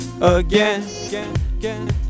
again